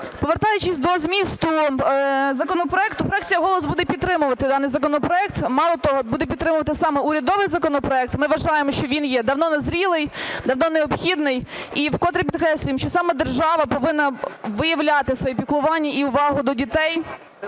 повертаючись до змісту законопроекту, фракція "Голос" буде підтримувати даний законопроект. Мало того, буде підтримувати саме урядовий законопроект. Ми вважаємо, що він є давно назрілий, давно необхідний, і вкотре підкреслюємо, що саме держава повинна виявляти своє піклування і увагу до дітей,